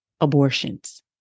abortions